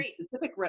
specific